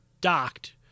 docked